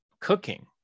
cooking